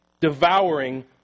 devouring